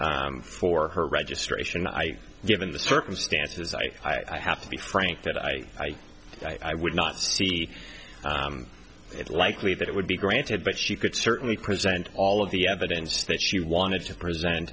request for her registration i given the circumstances i have to be frank that i i would not see it likely that it would be granted but she could certainly present all of the evidence that she wanted to present